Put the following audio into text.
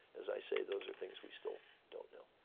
as i say those are things we still don't know.